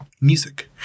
music